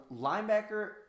linebacker